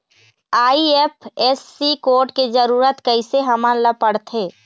IFSC code के जरूरत कैसे हमन ला पड़थे?